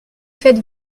faites